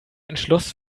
entschloss